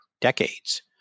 decades